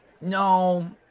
No